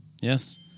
Yes